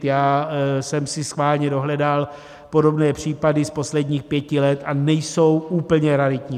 Já jsem si schválně dohledal podobné případy z posledních pěti let a nejsou úplně raritní.